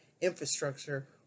infrastructure